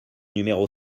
numéro